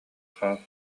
хаал